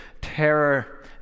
terror